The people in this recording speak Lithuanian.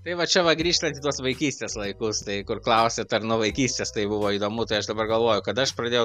tai va čia va grįžtant į tuos vaikystės laikus tai kur klausėt ar nuo vaikystės tai buvo įdomu tai aš dabar galvoju kada aš pradėjau